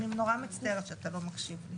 אני נורא מצטערת שאתה לא מקשיב לי